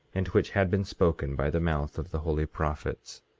and which had been spoken by the mouth of the holy prophets.